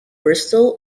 bristol